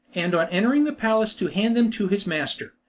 and on entering the palace to hand them to his master.